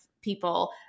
people